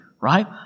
right